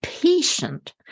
patient